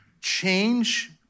change